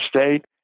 State